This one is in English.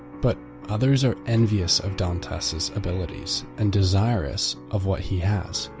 but others are jealous of dantes's abilities and desirous of what he has,